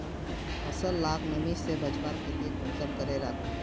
फसल लाक नमी से बचवार केते कुंसम करे राखुम?